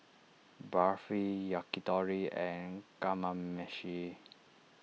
Barfi Yakitori and Kamameshi